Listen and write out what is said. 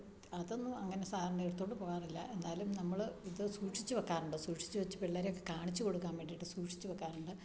അതൊന്നും അങ്ങനെ സാധാരണ എടുത്തോണ്ട് പോകാറില്ല എന്നാലും നമ്മൾ ഇത് സൂക്ഷിച്ച് വെക്കാറുണ്ട് സൂക്ഷിച്ച് വെച്ച് പിള്ളേരൊക്കെ കാണിച്ച് കൊടുക്കാൻ വേണ്ടീട്ട് സൂക്ഷിച്ച് വെക്കാറുണ്ട്